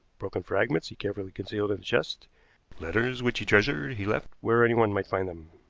broken fragments he carefully concealed in a chest letters which he treasured he left where anyone might find them.